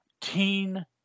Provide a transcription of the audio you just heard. Teen